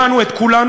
אותנו את כולנו,